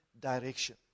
direction